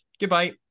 Goodbye